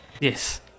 Yes